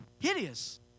hideous